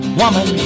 woman